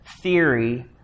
theory